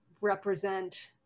represent